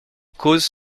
cause